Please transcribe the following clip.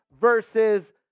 versus